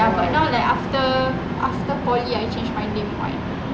but now like after after poly I change my name [what]